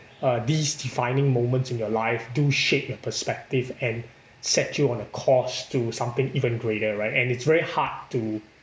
uh these defining moments in your life do shape your perspective and set you on a course to something even greater right and it's very hard to